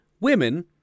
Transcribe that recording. women